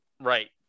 right